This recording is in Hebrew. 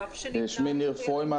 ניר,